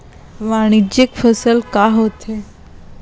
वाणिज्यिक फसल का होथे?